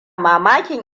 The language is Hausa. mamakin